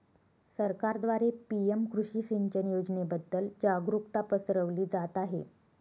सरकारद्वारे पी.एम कृषी सिंचन योजनेबद्दल जागरुकता पसरवली जात आहे